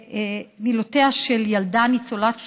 במילותיה של ילדה ניצולת שואה,